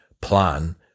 plan